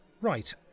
Right